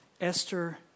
Esther